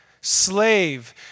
slave